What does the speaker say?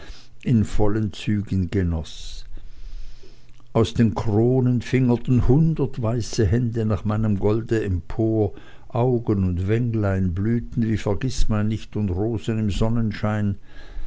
in vollen zügen genoß aus den kronen fingerten hundert weiße hände nach meinem golde empor augen und wänglein blühten wie vergißmeinnicht und rosen im sonnenschein